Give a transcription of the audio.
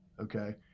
okay